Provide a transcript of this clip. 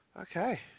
Okay